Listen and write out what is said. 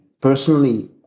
personally